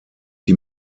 die